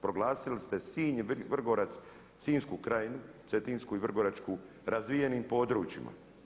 Proglasili ste Sinj i Vrgorac Sinjsku krajinu, cetinsku i vrgoračku razvijenim područjima.